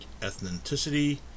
ethnicity